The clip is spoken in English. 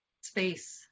space